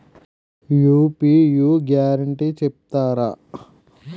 UPI guarantee చెప్తారా?